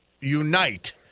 unite